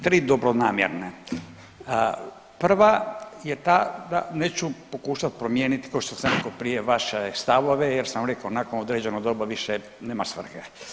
Tri dobronamjerne, prva je ta da neću pokušat promijenit košto sam rekao prije vaše stavove jer sam rekao nakon određenog doba više nema svrhe.